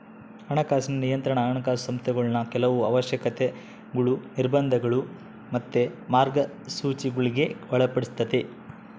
ಹಣಕಾಸಿನ ನಿಯಂತ್ರಣಾ ಹಣಕಾಸು ಸಂಸ್ಥೆಗುಳ್ನ ಕೆಲವು ಅವಶ್ಯಕತೆಗುಳು, ನಿರ್ಬಂಧಗುಳು ಮತ್ತೆ ಮಾರ್ಗಸೂಚಿಗುಳ್ಗೆ ಒಳಪಡಿಸ್ತತೆ